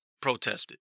Protested